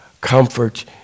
Comfort